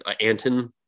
Anton